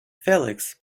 felix